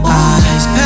eyes